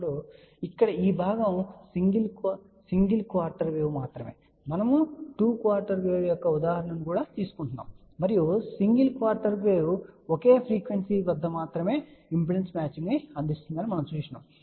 కాబట్టి ఇక్కడ ఈ భాగం సింగిల్ క్వార్టర్ వేవ్ మాత్రమే మనము 2 క్వార్టర్ వేవ్ యొక్క ఉదాహరణను కూడా తీసుకుంటాము మరియు సింగిల్ క్వార్టర్ వేవ్ ఒకే ఫ్రీక్వెన్సీ వద్ద మాత్రమే ఇంపిడెన్స్ మ్యాచింగ్ను అందిస్తుంది అని మనము చూశాము